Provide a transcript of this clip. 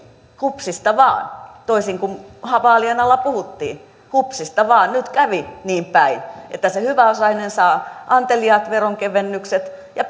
hupsista vaan toisin kuin vaalien alla puhuttiin hupsista vaan nyt kävi niinpäin että se hyväosainen saa anteliaat veronkevennykset ja